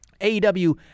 AEW